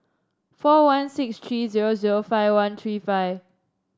four one six three zero zero five one three five